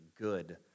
good